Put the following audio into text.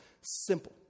simple